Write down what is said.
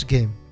Game